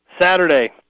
Saturday